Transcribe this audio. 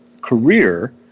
career